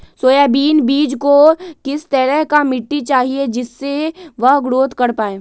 Soybean बीज को किस तरह का मिट्टी चाहिए जिससे वह ग्रोथ कर पाए?